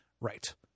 right